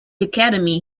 academy